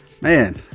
Man